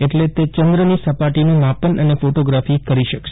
એટલે તે ચંદ્રની સપાટીનું માપન અને ફોટોગ્રાફી કરી શકશે